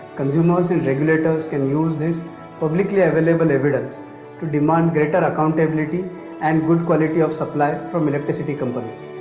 consumers and regulators can use this publicly available evidence to demand greater accountability and good quality of supply from electricity companies.